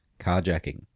carjacking